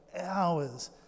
hours